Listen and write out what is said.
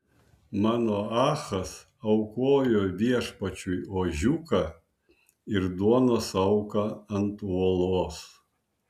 manoachas aukojo viešpačiui ožiuką ir duonos auką ant uolos